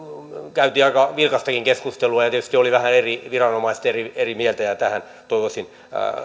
käytiin aika vilkastakin keskustelua ja tietysti olivat eri viranomaiset vähän eri mieltä tähän toivoisin